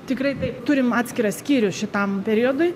tikrai taip turim atskirą skyrių šitam periodui